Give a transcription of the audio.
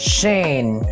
Shane